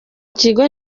kigo